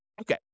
Okay